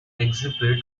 exhibit